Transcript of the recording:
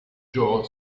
joe